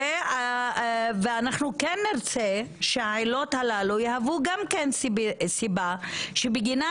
ואנחנו כן נרצה שהעילות הללו יהוו גם כן סיבה שבגינה